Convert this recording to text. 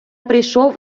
прийшов